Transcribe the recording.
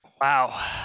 wow